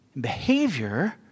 behavior